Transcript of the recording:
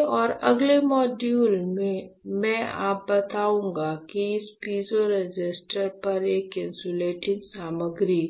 और अगले मॉड्यूल में मैं बताऊंगा कि इस पीजो रेसिस्टर पर एक इंसुलेटिंग सामग्री